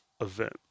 event